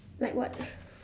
like what